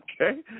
okay